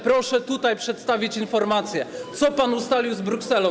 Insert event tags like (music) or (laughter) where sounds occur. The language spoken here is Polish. Proszę tutaj przedstawić informację, (noise) co pan ustalił z Brukselą.